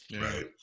right